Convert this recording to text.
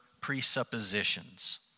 presuppositions